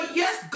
yes